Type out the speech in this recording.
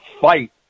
fight